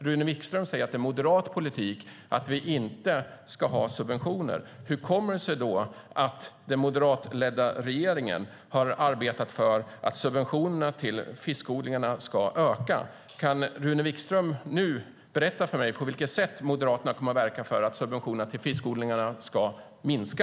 Rune Wikström säger att det är moderat politik att vi inte ska ha subventioner. Hur kommer det sig då att den moderatledda regeringen har arbetat för att subventionerna till fiskodlingarna ska öka? Kan Rune Wikström berätta för mig på vilket sätt Moderaterna kommer att verka för att subventionerna till fiskodlingarna ska minska?